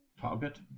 target